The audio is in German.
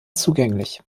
zugänglich